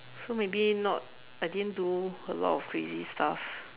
so maybe not I didn't do a lot of crazy stuff